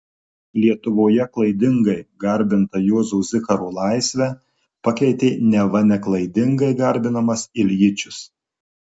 lietuvoje klaidingai garbintą juozo zikaro laisvę pakeitė neva neklaidingai garbinamas iljičius